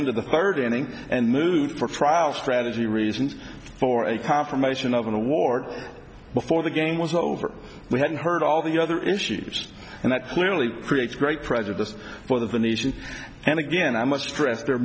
end of the pardoning and moot for trial strategy reasons for a confirmation of an award before the game was over we had heard all the other issues and that clearly creates great prejudice for the nation and again i must stress there